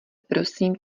prosím